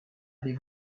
les